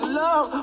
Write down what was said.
love